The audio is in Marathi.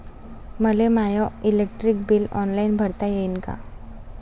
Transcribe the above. मले माय इलेक्ट्रिक बिल ऑनलाईन भरता येईन का?